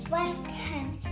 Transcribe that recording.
Welcome